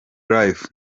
life